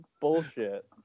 Bullshit